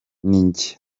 ninjye